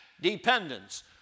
dependence